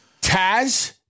Taz